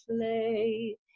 play